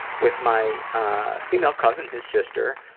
with my ah female cousin, his sister,